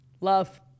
Love